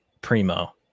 primo